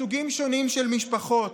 סוגים שונים של משפחות: